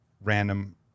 random